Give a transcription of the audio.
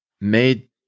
made